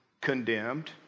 condemned